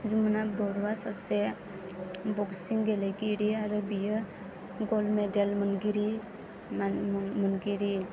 जमुना बर'आ सासे बक्सिं गेलेगिरि आरो बियो गल्ड मेडेल मोनगिरि मोनगिरि